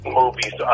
movies